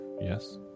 yes